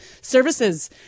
services